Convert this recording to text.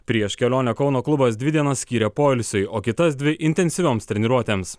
prieš kelionę kauno klubas dvi dienas skyrė poilsiui o kitas dvi intensyvioms treniruotėms